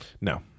No